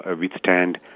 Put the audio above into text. withstand